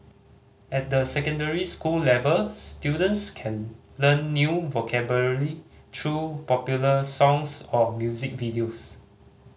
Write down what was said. at the secondary school level students can learn new vocabulary through popular songs or music videos